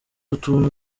utuntu